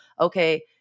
okay –